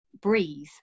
breathe